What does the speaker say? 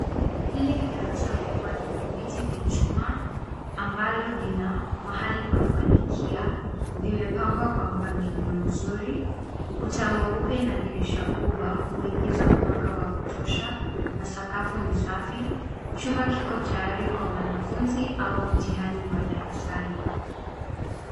Hili ni darasa kubwa lenye viti vya chuma ambalo lina mahali pa kuandikia vimepangwa kwa mpangilio mzuri. Ukuta mweupe na dirisha kubwa uingiza mwanga wa kutosha na sakafu ni safi. Chumba kiko tayari kwa wanafuzi au mtihani wa darasani.